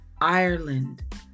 Ireland